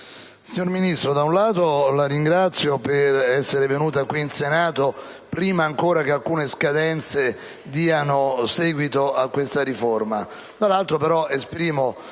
Signora Ministro, la ringrazio per essere venuta qui in Senato, prima ancora che alcune scadenze diano seguito a questa riforma. Esprimo però - e non